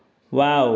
wow